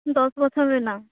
ᱫᱚᱥ ᱵᱚᱪᱷᱚᱨ ᱨᱮᱱᱟᱜ